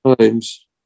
times